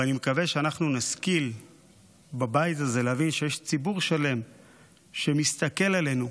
ואני מקווה שאנחנו נשכיל בבית הזה להבין שיש ציבור שלם שמסתכל עלינו